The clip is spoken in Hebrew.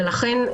לכן,